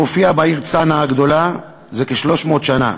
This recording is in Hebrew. הופיע בעיר צנעא הגדולה זה כשלוש מאות שנה,